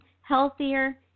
healthier